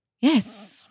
Yes